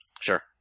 Sure